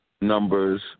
numbers